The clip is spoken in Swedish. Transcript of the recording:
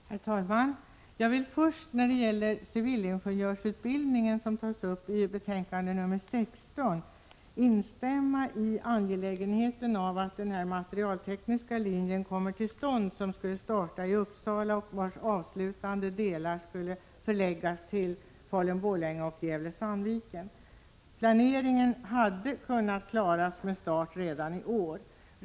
Herr talman! Jag vill först, när det gäller civilingenjörsutbildningen, som tas upp i betänkandet 16, instämma i angelägenheten av att den materialtekniska linje kommer till stånd som skulle starta i Uppsala och vars avslutande delar skulle förläggas till Falun-Borlänge och Gävle-Sandviken. Planeringen hade kunnat klaras med start redan i år.